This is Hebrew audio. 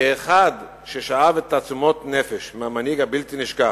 כאחד ששאב את תעצומות נפש מהמנהיג הבלתי נשכח,